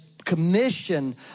commission